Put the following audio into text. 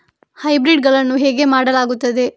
Hybrid ಗಳನ್ನು ಹೇಗೆ ಮಾಡಲಾಗುತ್ತದೆ?